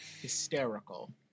hysterical